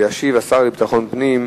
וישיב השר לביטחון הפנים,